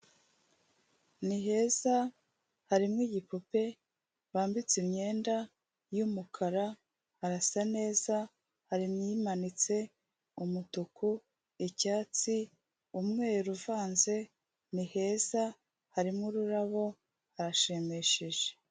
Ni heza harimo igipupe bambitse imyenda y'umukara, harasa neza, harimo imanitse, umutuku, icyatsi, umweru uvanze, ni heza harimo ururabo, harashimishije.